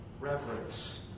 reverence